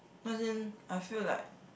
no as in I feel like